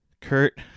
Kurt